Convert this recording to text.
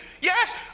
yes